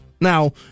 Now